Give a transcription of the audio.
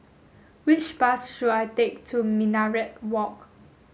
which bus should I take to Minaret Walk